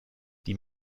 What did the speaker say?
die